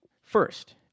first